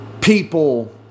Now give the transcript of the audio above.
people